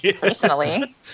Personally